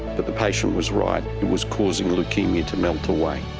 but the patient was right, it was causing leukaemia to melt away.